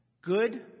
Good